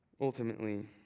Ultimately